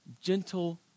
gentle